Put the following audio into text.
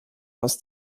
aus